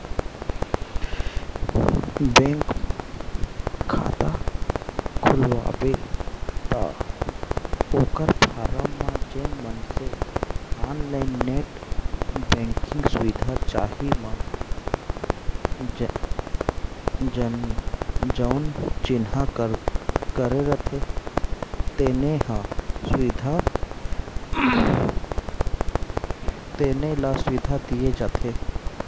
bank म खाता खोलवाबे त ओकर फारम म जेन मनसे ऑनलाईन नेट बेंकिंग सुबिधा चाही म जउन चिन्हा करे रथें तेने ल सुबिधा दिये जाथे